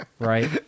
Right